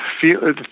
feel